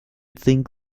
think